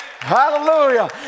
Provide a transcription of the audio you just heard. hallelujah